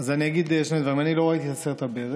אז אני אגיד שני דברים: אני לא ראיתי את הסרט "הברך",